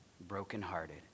Brokenhearted